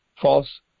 false